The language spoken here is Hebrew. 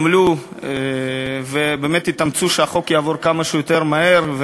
עמלו והתאמצו שהחוק יעבור כמה שיותר מהר.